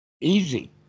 easy